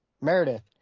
Meredith